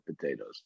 potatoes